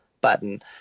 button